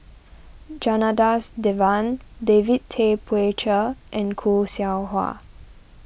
Janadas Devan David Tay Poey Cher and Khoo Seow Hwa